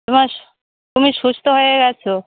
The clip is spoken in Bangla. তোমার তুমি সুস্থ হয়ে গেছো